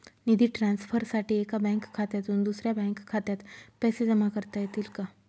निधी ट्रान्सफरसाठी एका बँक खात्यातून दुसऱ्या बँक खात्यात पैसे जमा करता येतील का?